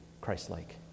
Christ-like